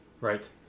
Right